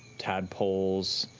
tadpoles,